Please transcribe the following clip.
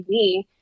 TV